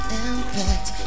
impact